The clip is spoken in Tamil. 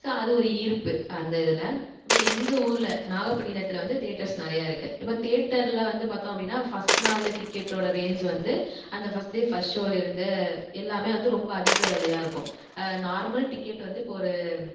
ஸோ அது ஒரு ஈர்ப்பு அந்த இதில் இப்போ எங்கள் ஊரில் நாகப்பட்டினத்தில் வந்து தியேட்டர்ஸ் நிறையா இருக்கு இப்போ தியேட்டரில் வந்து பார்த்தோம் அப்படின்னா ஃபர்ஸ்ட் நாளில் டிக்கெட்டோட ரேஞ் வந்து அந்த ஃபர்ஸ்ட் டே ஃபர்ஸ்ட் ஷோலிருந்து எல்லாமே வந்து ரொம்ப அதிக விலையா இருக்கும் நார்மல் டிக்கெட் வந்து இப்போ ஒரு